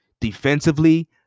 Defensively